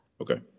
Okay